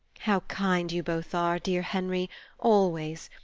how kind you both are, dear henry always!